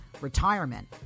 retirement